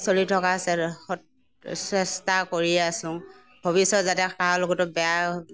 চলি থকা চেষ্টা কৰি আছোঁ ভৱিষ্যত যাতে কাৰো লগতো বেয়া